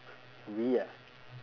riya